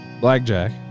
Blackjack